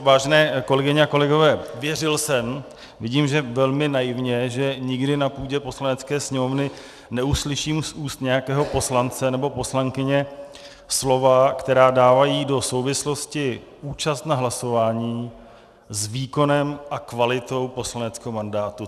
Vážené kolegyně a kolegové, věřil jsem, vidím, že velmi naivně, že nikdy na půdě Poslanecké sněmovny neuslyším z úst nějakého poslance nebo poslankyně slova, která dávají do souvislosti účast na hlasování s výkonem a kvalitou poslaneckého mandátu.